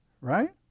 right